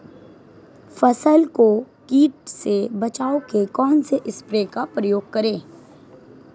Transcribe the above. फसल को कीट से बचाव के कौनसे स्प्रे का प्रयोग करें?